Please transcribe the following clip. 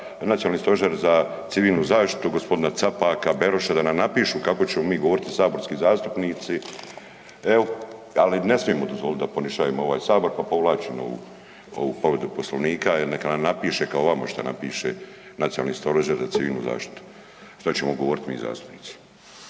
Nacionalni stožer za civilnu zaštitu gospodina Capaka, Beroša da nam napišu kako ćemo mi govoriti saborski zastupnici, ali ne smimo dozvoliti da … ovaj Sabor pa povlačim ovu povredu Poslovnika ili neka nam napiše kao vama šta napiše Nacionalni stožer za civilnu zaštitu šta ćemo govoriti mi zastupnici.